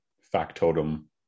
factotum